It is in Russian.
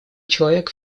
человек